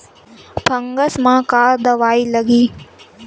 Fungus म का दवाई लगी?